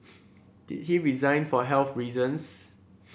did he resign for health reasons